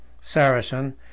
Saracen